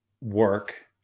work